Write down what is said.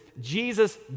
Jesus